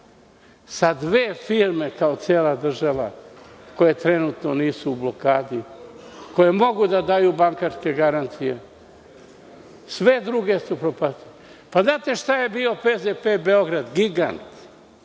sa dve firme, kao cela država, koje trenutno nisu u blokadi, koje mogu da daju bankarske garancije. Sve druge ste upropastili. Znate šta je bio „PZP Beograd“ – gigant,